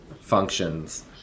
functions